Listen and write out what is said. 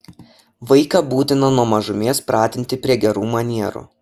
vaiką būtina nuo mažumės pratinti prie gerų manierų